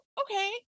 okay